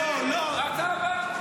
זו ההצעה הבאה.